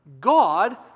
God